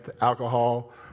alcohol